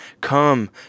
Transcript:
Come